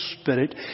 Spirit